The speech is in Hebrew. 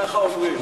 ככה אומרים.